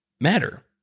matter